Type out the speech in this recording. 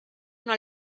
una